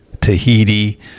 Tahiti